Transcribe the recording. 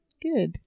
Good